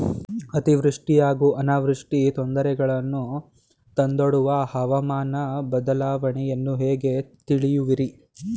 ಅತಿವೃಷ್ಟಿ ಹಾಗೂ ಅನಾವೃಷ್ಟಿ ತೊಂದರೆಗಳನ್ನು ತಂದೊಡ್ಡುವ ಹವಾಮಾನ ಬದಲಾವಣೆಯನ್ನು ಹೇಗೆ ತಿಳಿಯುವಿರಿ?